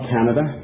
Canada